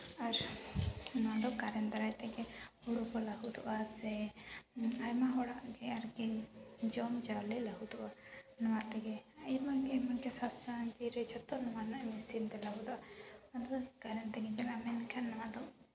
ᱟᱨ ᱚᱱᱟᱫᱚ ᱠᱟᱨᱮᱱᱴ ᱫᱟᱨᱟᱭ ᱛᱮᱜᱮ ᱦᱩᱲᱩ ᱠᱚ ᱞᱟᱹᱦᱩᱫᱚᱜᱼᱟ ᱥᱮ ᱟᱭᱢᱟ ᱦᱚᱲᱟᱜ ᱜᱮ ᱟᱨᱠᱤ ᱡᱚᱢ ᱪᱟᱣᱞᱮ ᱞᱟᱹᱦᱩᱫᱚᱜᱼᱟ ᱱᱚᱣᱟ ᱛᱮᱜᱮ ᱟᱭᱢᱟᱜᱮ ᱥᱟᱥᱟᱝ ᱡᱤᱨᱟᱹ ᱡᱚᱛᱚ ᱱᱚᱣᱟ ᱨᱮᱱᱟᱜ ᱢᱮᱥᱤᱱ ᱠᱟᱱᱟ ᱟᱵᱚᱫᱚ ᱟᱫᱚ ᱠᱟᱨᱮᱱᱴ ᱛᱮᱜᱮ ᱪᱟᱞᱟᱜᱼᱟ ᱢᱮᱱᱠᱷᱟᱱ ᱱᱚᱣᱟ ᱫᱚ